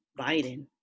Biden